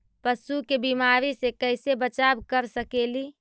पशु के बीमारी से कैसे बचाब कर सेकेली?